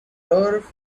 turf